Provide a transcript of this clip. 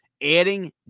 Adding